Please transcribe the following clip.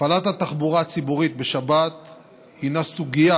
הפעלת התחבורה הציבורית בשבת הינה סוגיה